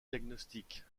diagnostique